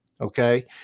Okay